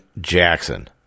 Jackson